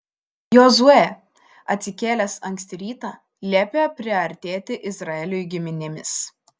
jozuė atsikėlęs anksti rytą liepė priartėti izraeliui giminėmis